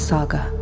Saga